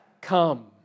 come